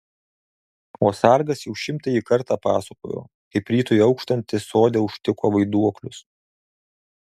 o sargas jau šimtąjį kartą pasakojo kaip rytui auštant jis sode užtiko vaiduoklius